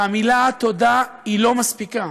המילה "תודה" היא לא מספיקה,